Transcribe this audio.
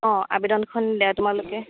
অঁ আবেদনখন তোমালোকে